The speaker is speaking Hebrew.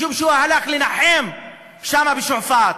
משום שהוא הלך לנחם שם בשועפאט,